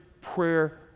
prayer